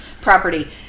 property